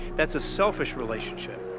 that's a selfish relationship,